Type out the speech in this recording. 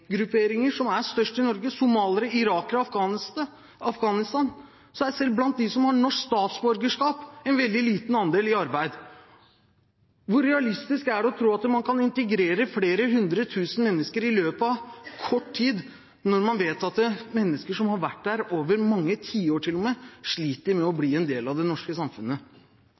i Norge, somaliere, irakere og afghanere, er selv en veldig liten andel av dem med norsk statsborgerskap i arbeid? Hvor realistisk er det å tro at man kan integrere flere hundre tusen mennesker i løpet av kort tid når man vet at til og med mennesker som har vært her over mange tiår, sliter med å